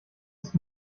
ist